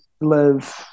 live